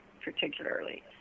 particularly